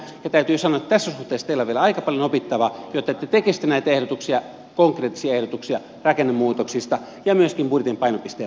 täytyy sanoa että tässä suhteessa teillä on vielä aika paljon opittavaa jotta te tekisitte näitä ehdotuksia konkreettisia ehdotuksia rakennemuutoksista ja myöskin budjetin painopisteen muutoksista